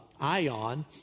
ion